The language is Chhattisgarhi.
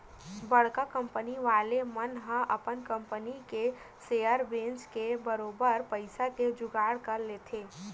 बड़का कंपनी वाले मन ह अपन कंपनी के सेयर बेंच के बरोबर पइसा के जुगाड़ कर लेथे